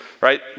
right